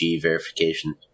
verification